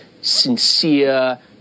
sincere